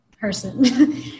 person